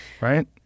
Right